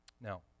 Now